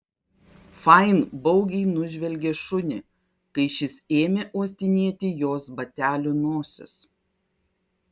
fain baugiai nužvelgė šunį kai šis ėmė uostinėti jos batelių nosis